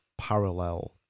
parallel